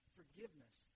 forgiveness